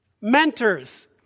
mentors